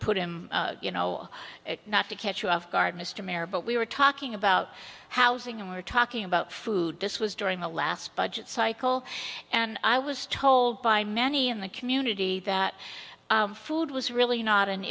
put him you know not to catch you off guard mr mayor but we were talking about housing and we were talking about food this was during the last budget cycle and i was told by many in the community that food was